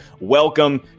welcome